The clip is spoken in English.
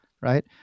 right